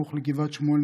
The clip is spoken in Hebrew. סמוך לגבעת שמואל,